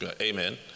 Amen